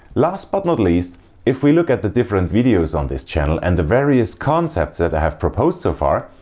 last but not least if we look at the different videos on this channel and the various concepts that i have proposed so far,